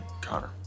Connor